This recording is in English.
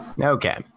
Okay